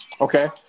Okay